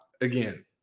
again